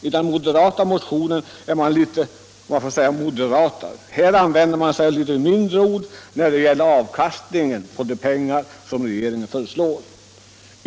I den moderata motionen är man så att säga litet moderatare och talar i något mindre starka ord om avkastningen på de pengar som regeringen föreslår.